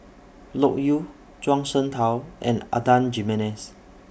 Loke Yew Zhuang Shengtao and Adan Jimenez